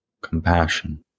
compassion